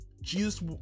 Jesus